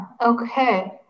okay